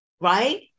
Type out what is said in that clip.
right